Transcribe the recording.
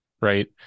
right